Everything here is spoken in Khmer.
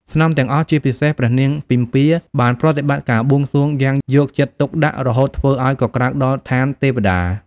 ស្នំទាំងអស់ ជាពិសេសព្រះនាងពិម្ពាបានប្រតិបត្តិការបួងសួងយ៉ាងយកចិត្តទុកដាក់រហូតធ្វើឱ្យកក្រើកដល់ឋានទេព្តា។